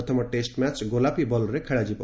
ପ୍ରଥମ test match ଗୋଲାପି ବଲ୍ରେ ଖେଳାଯିବ